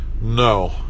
No